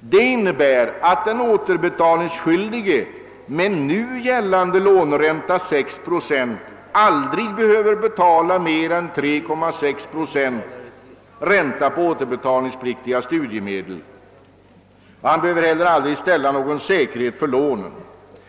Det innebär att den återbetalningsskyldige med nu gällande låneränta, 6 procent, icke behöver betala mer än 3,6 procents ränta på återbetalningspliktiga studiemedel. Han behöver heller aldrig ställa någon säkerhet för lånen.